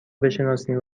بشناسیم